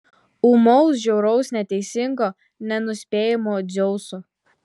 ūmaus žiauraus neteisingo nenuspėjamo dzeuso